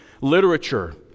literature